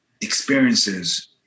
experiences